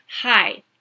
Hi